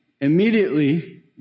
immediately